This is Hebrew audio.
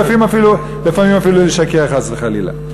לפעמים אפילו לשקר חס וחלילה.